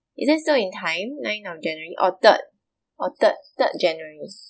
is that still in time ninth of january or third or third third january